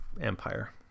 empire